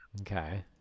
Okay